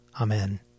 Amen